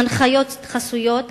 הנחיות חסויות,